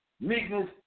meekness